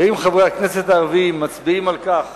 ואם חברי הכנסת הערבים מצביעים על כך